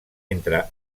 entre